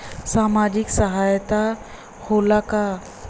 सामाजिक सहायता होला का?